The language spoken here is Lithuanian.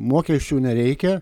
mokesčių nereikia